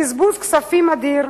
בזבוז כספים אדיר,